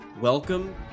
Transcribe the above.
Welcome